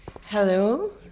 Hello